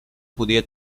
podia